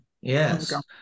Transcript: Yes